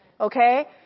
Okay